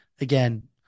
Again